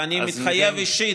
ואני מתחייב אישית,